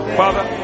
father